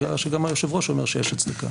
שגם היושב-ראש אומר שיש הצדקה.